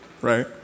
right